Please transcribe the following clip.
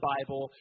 Bible